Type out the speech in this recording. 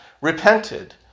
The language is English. repented